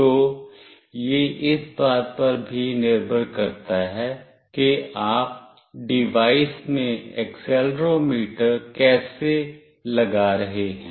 तो यह इस बात पर भी निर्भर करता है कि आप डिवाइस में एक्सेलेरोमीटर कैसे लगा रहे हैं